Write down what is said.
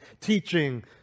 teaching